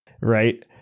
right